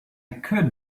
could